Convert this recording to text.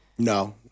No